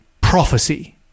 prophecy